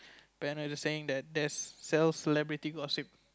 Ben are you just saying that there sells celebrity gossip